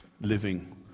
living